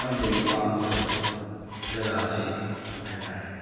ꯈ꯭ꯋꯥꯏꯗꯒꯤ ꯄꯥꯝꯖꯕ ꯖꯒꯥꯁꯤꯡ ꯍꯥꯏꯇꯥꯔꯦꯅꯦ